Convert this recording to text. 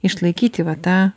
išlaikyti va tą